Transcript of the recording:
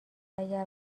اگر